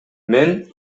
мен